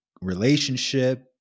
relationship